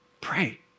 Pray